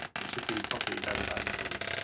it would be probably very valuable.